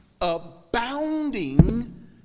abounding